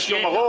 יש יום ארוך.